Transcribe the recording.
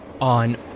on